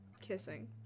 kissing